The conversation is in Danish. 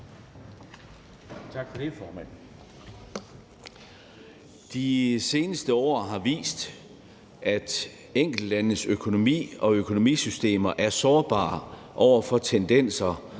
De seneste år har vist, at enkeltlandes økonomi og økonomisystemer er sårbare over for tendenser